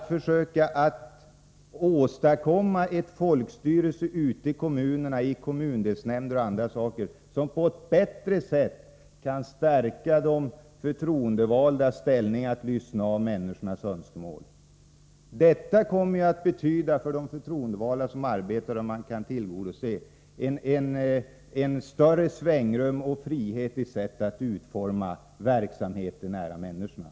Man försöker åstadkomma ett folkstyre ute i kommunerna — i kommundelsnämnder och annat — som på ett bättre sätt kan stärka de förtroendevaldas ställning i deras uppgift att lyssna till människors önskemål. Detta kommer för de tre förtroendevalda att betyda större svängrum och frihet i sättet att utforma verksamheten nära människorna.